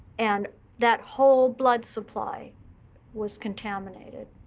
and that whole blood supply was contaminated.